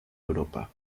europa